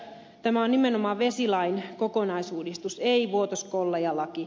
tämä on nimenomaan vesilain kokonaisuudistus ei vuotoskollaja laki